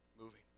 moving